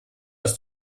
ist